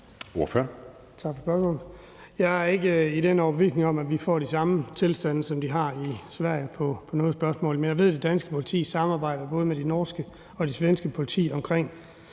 Jeg er ikke af den overbevisning, at vi får de samme tilstande, som de har i Sverige i udlændingespørgsmålet, men jeg ved, af det danske politi samarbejder både med det norske og svenske politi omkring